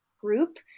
group